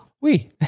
Oui